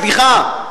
סליחה.